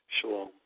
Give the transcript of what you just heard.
Shalom